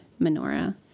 menorah